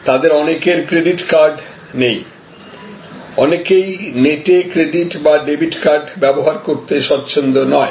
তাদের অনেকের credit card নেই অনেকেই নেটে ক্রেডিট বা ডেবিট কার্ড ব্যবহার করতে স্বচ্ছন্দ নয়